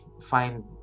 find